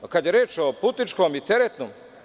Kada je reč o putničkom i teretnom.